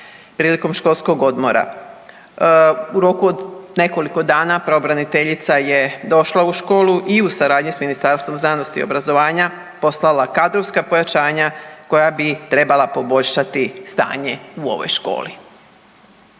prilikom školskog odmora. U roku od nekoliko dana pravobraniteljica je došla u školu i u saradnji s Ministarstvom znanosti i obrazovanja poslala kadrovska pojačanja koja bi trebala poboljšati stanje u ovoj školi.